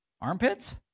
Armpits